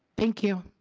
thank you.